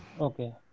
Okay